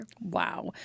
Wow